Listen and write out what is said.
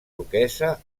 duquessa